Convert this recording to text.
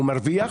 הוא מרוויח,